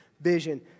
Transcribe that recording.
vision